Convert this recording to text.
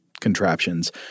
contraptions